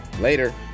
Later